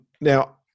Now